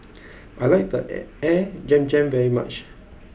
I like the Air Zam Zam very much